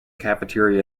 cafeteria